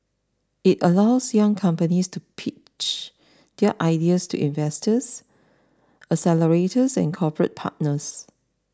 it allows young companies to pitch their ideas to investors accelerators and corporate partners